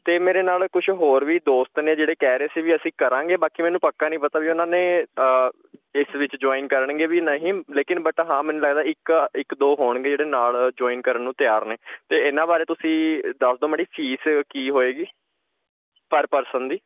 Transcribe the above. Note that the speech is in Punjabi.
ਅਤੇ ਮੇਰੇ ਨਾਲ ਕੁਛ ਹੋਰ ਵੀ ਦੋਸਤ ਨੇ ਜਿਹੜੇ ਕਹਿ ਰਹੇ ਸੀ ਵੀ ਅਸੀਂ ਕਰਾਂਗੇ ਬਾਕੀ ਮੈਨੂੰ ਪੱਕਾ ਨਹੀਂ ਪਤਾ ਵੀ ਉਨ੍ਹਾਂ ਨੇ ਇਸ ਵਿੱਚ ਜੁਆਇਨ ਕਰਨਗੇ ਵੀ ਨਹੀਂ ਲੇਕਿਨ ਬਟ ਹਾਂ ਮੈਨੂੰ ਲੱਗਦਾ ਇੱਕ ਇੱਕ ਦੋ ਹੋਣਗੇ ਜਿਹੜੇ ਨਾਲ ਜੁਆਇਨ ਕਰਨ ਨੂੰ ਤਿਆਰ ਨੇ ਅਤੇ ਇਹਨਾਂ ਬਾਰੇ ਤੁਸੀਂ ਦੱਸ ਦਿਓ ਮੜੀ ਫੀਸ ਕੀ ਹੋਏਗੀ ਪਰ ਪਰਸਨ ਦੀ